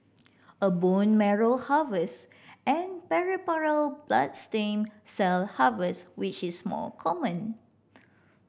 a bone marrow harvest and peripheral blood stem cell harvest which is more common